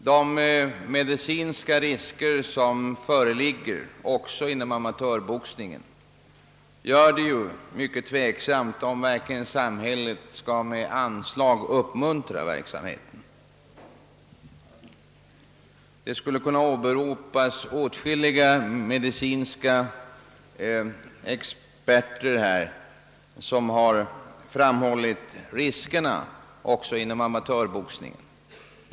De medicinska risker som föreligger också inom amatörboxningen gör det mycket tveksamt, om samhället verkligen skall med anslag uppmuntra den verksamheten. Det skulle kunna åberopas åtskilliga medicinska experter som har framhållit riskerna också inom amatörboxningen.